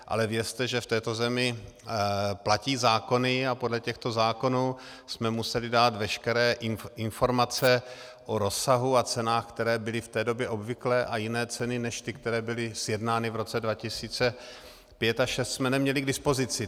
Ale vězte, že v této zemi platí zákony, a podle těchto zákonů jsme museli dát veškeré informace o rozsahu a cenách, které byly v té době obvyklé, a jiné ceny než ty, které byly sjednány v roce 2005 a 2006, jsme neměli k dispozici.